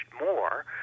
more